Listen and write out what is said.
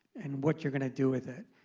and what you're going to do with it.